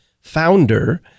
founder